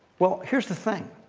well, here's the thing.